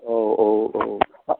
औ औ औ